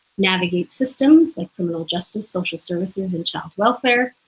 navigate systems, like criminal justice, social services, and child welfare,